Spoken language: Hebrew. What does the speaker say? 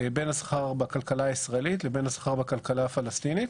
בין השכר בכלכלה הישראלית לבין השכר בכלכלה הפלסטינית